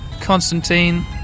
Constantine